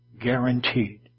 Guaranteed